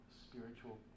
spiritual